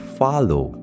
follow